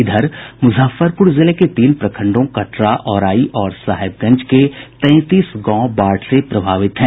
इधर मुजफ्फरपुर जिले के तीन प्रखंडों कटरा औराई और साहेबगंज के तैंतीस गांव बाढ़ से प्रभावित हैं